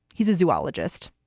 he's a zoologist,